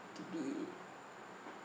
to be